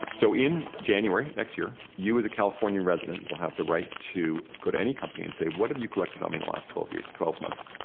so in january, next year, you as a california resident will have the right to go to any company and say, what have you collected on me in the last twelve years. twelve months?